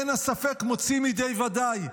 אין הספק מוציא מידי ודאי,